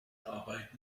arbeit